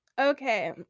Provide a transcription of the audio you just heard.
Okay